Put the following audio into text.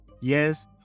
Yes